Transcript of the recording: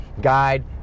guide